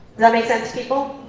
that make sense, people?